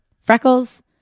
freckles